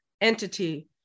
entity